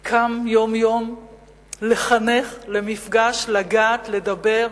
קם יום-יום לחנך למפגש, לגעת, לדבר,